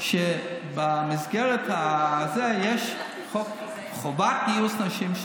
במסגרת זאת יש חוק חובת גיוס נשים,